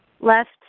left